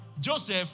Joseph